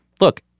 look